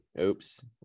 oops